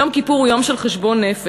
יום כיפור הוא יום של חשבון נפש,